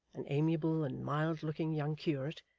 an amiable and mild-looking young curate,